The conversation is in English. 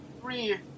three